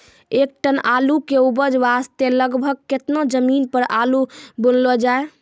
एक टन आलू के उपज वास्ते लगभग केतना जमीन पर आलू बुनलो जाय?